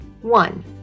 One